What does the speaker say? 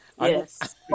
Yes